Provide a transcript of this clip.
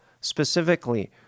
specifically